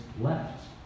left